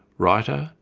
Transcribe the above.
writer,